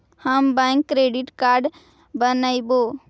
हम bank credit card बनैवो?